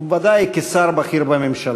ובוודאי כשר בכיר בממשלה.